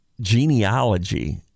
genealogy